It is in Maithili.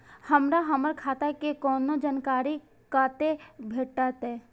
हमरा हमर खाता के कोनो जानकारी कते भेटतै